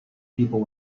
people